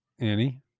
Annie